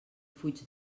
fuig